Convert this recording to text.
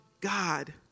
God